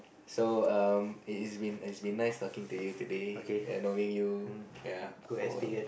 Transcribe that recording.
so um it is been it is been nice talking you to today and knowing you ya for